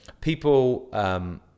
people